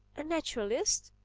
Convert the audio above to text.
a naturalist?